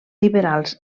liberals